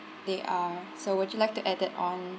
they are so would you like to add that on